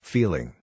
Feeling